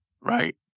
Right